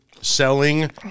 selling